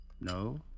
No